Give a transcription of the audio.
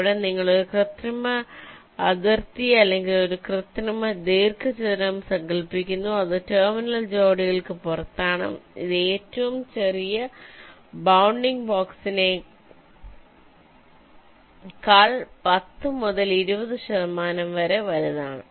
ഇവിടെ നിങ്ങൾ ഒരു കൃത്രിമ അതിർത്തി അല്ലെങ്കിൽ ഒരു കൃത്രിമ ദീർഘചതുരം സങ്കൽപ്പിക്കുന്നു അത് ടെർമിനൽ ജോഡികൾക്ക് പുറത്താണ് ഇത് ഏറ്റവും ചെറിയ ബൌണ്ടിംഗ് ബോക്സിനെക്കാൾ 10 മുതൽ 20 ശതമാനം വരെ വലുതാണ്